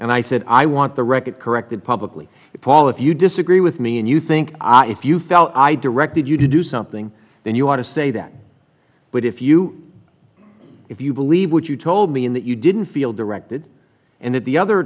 and i said i want the record corrected publicly paul if you disagree with me and you think if you felt i directed you to do something then you want to say that but if you if you believe what you told me in that you didn't feel directed and that the